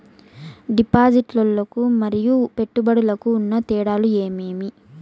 డిపాజిట్లు లు మరియు పెట్టుబడులకు ఉన్న తేడాలు ఏమేమీ?